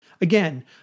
Again